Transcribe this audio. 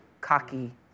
cocky